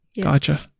Gotcha